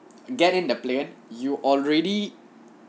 get in the plane you already